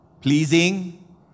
pleasing